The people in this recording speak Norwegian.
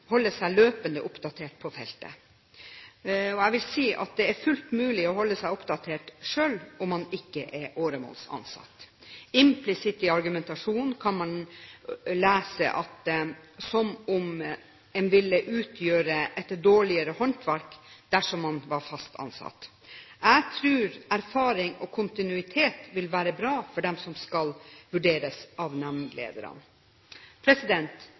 seg løpende oppdatert på feltet. Jeg vil si at det er fullt mulig å holde seg oppdatert selv om man ikke er åremålsansatt. Implisitt i argumentasjonen kan man lese det som at en ville gjøre et dårligere håndverk dersom man var fast ansatt. Jeg tror erfaring og kontinuitet vil være bra for dem som skal vurderes